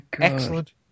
excellent